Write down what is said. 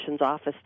office